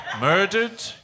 Murdered